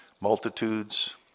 Multitudes